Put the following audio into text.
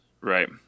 Right